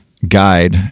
guide